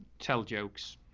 tell jokes,